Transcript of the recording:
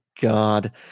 god